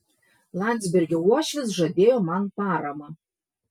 landsbergio uošvis žadėjo man paramą